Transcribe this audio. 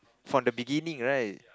from the beginning right